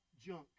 junk